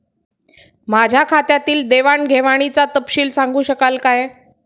माझ्या खात्यातील देवाणघेवाणीचा तपशील सांगू शकाल काय?